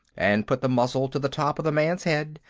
and put the muzzle to the top of the man's head,